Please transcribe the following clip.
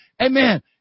amen